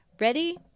Ready